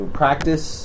practice